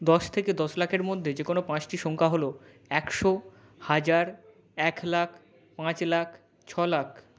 দশ থেকে দশ লাখের মধ্যে যে কোনো পাঁচটি সংখ্যা হলো একশো হাজার এক লাখ পাঁচ লাখ ছ লাখ